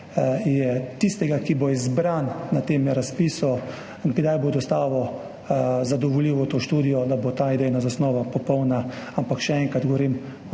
od tistega, ki bo izbran na tem razpisu, kdaj bo dostavil zadovoljivo študijo, da bo ta idejna zasnova popolna. Ampak še enkrat, govorim o